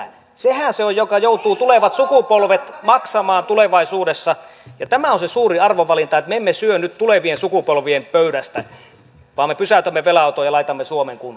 sehän on se minkä joutuvat tulevat sukupolvet maksamaan tulevaisuudessa ja tämä on se suuri arvovalinta että me emme syö nyt tulevien sukupolvien pöydästä vaan me pysäytämme velanoton ja laitamme suomen kuntoon